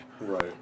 Right